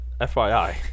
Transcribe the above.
FYI